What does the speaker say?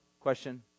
question